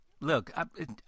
Look